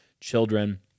children